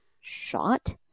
shot